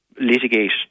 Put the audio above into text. litigate